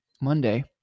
Monday